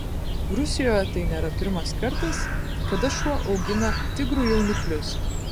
rusijoje tai nėra pirmas kartas kada šuo augina tigrų jauniklius